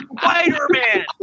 Spider-Man